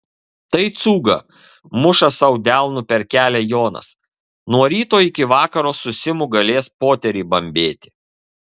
tai cūga muša sau delnu per kelią jonas nuo ryto iki vakaro su simu galės poterį bambėti